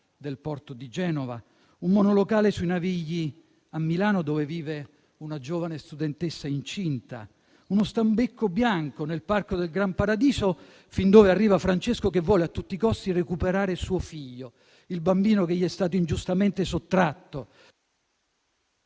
del porto di Genova; un monolocale sui navigli a Milano, dove vive una giovane studentessa incinta; uno stambecco bianco nel parco del Gran Paradiso, fin dove arriva Francesco, che vuole a tutti i costi recuperare suo figlio, il bambino che gli è stato ingiustamente sottratto.